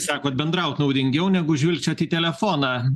sakot bendraut naudingiau negu žvilgčiot į telefoną